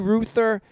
Ruther